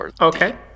Okay